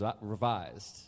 revised